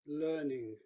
learning